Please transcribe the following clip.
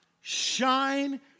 shine